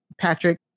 Patrick